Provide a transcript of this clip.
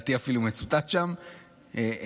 לדעתי אפילו מצוטט שם,